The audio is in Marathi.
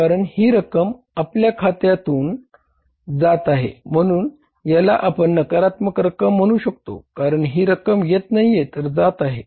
कारण ही रक्कम आपल्या खात्यातून जात आहे म्हणून याला आपण नाकारात्मक रक्कम म्ह्णून शकतो कारण ही रक्कम येत नाहीये तर जात आहे